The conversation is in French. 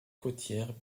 côtière